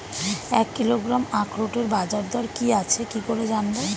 এক কিলোগ্রাম আখরোটের বাজারদর কি আছে কি করে জানবো?